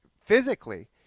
physically